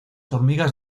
hormigas